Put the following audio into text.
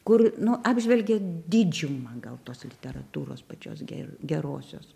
kur nu apžvelgia didžiumą gal tos literatūros pačios gero gerosios